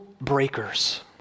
breakers